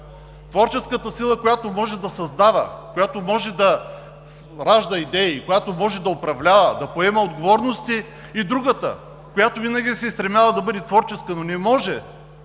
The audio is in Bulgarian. Творческата сила, която може да създава, която може да ражда идеи, която може да управлява, да поема отговорности, и другата, която винаги се е стремяла да бъде творческа, но не може,